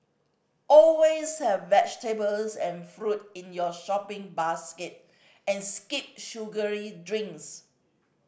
always have vegetables and fruit in your shopping basket and skip sugary drinks